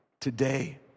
Today